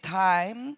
time